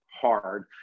hard